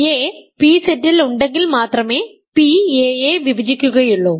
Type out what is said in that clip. a pZ ൽ ഉണ്ടെങ്കിൽ മാത്രമേ p a യെ വിഭജിക്കുകയുള്ളൂ